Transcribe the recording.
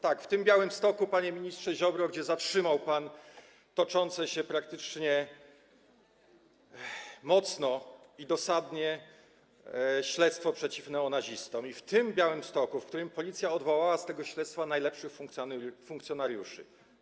Tak, w tym Białymstoku, panie ministrze Ziobro, gdzie zatrzymał pan toczące się praktycznie mocno i dosadnie śledztwo przeciw neonazistom, i w tym Białymstoku, w którym Policja odsunęła od prowadzenia tego śledztwa najlepszych funkcjonariuszy.